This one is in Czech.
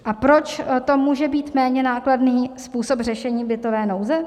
A proč to může být méně nákladný způsob řešení bytové nouze?